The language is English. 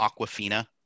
Aquafina